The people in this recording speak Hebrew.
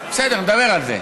בסדר, נדבר על זה.